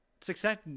success